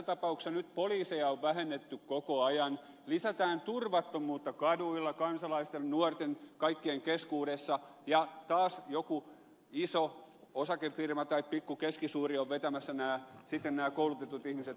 nyt poliiseja on vähennetty koko ajan lisätään turvattomuutta kaduilla kansalaisten nuorten kaikkien keskuudessa ja taas joku iso osakefirma tai pikku keskisuuri on vetämässä sitten nämä koulutetut ihmiset hommiinsa